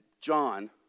John